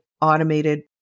automated